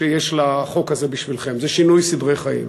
שיש לחוק הזה בשבילכם, זה שינוי סדרי חיים,